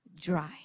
dry